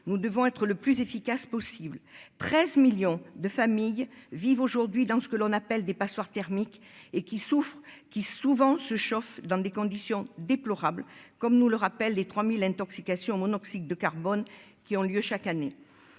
nous devons être le plus efficace possible 13 millions de familles vivent aujourd'hui dans ce que l'on appelle des passoires thermiques et qui souffrent, qui souvent se chauffe dans des conditions déplorables, comme nous le rappelle les 3000 intoxications au monoxyde de carbone qui ont lieu chaque année,